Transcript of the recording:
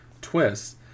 twists